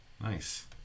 Nice